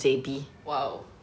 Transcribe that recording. !wow!